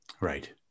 Right